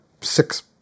six